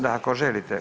Da ako želite.